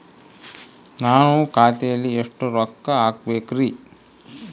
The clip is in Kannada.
ನಾನು ಖಾತೆಯಲ್ಲಿ ಎಷ್ಟು ರೊಕ್ಕ ಹಾಕಬೇಕ್ರಿ?